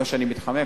לא שאני מתחמק,